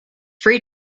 free